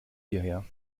hierher